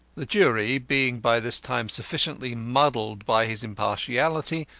the jury, being by this time sufficiently muddled by his impartiality,